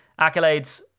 Accolades